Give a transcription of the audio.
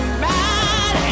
mad